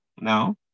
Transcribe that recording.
No